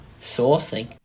sourcing